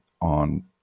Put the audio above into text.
on